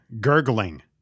gurgling